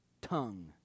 tongue